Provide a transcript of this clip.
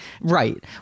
Right